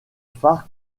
phare